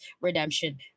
redemption